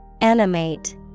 Animate